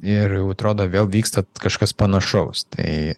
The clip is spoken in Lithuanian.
ir jau atrodo vėl vyksta kažkas panašaus tai